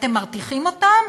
ואתם מרתיחים אותם,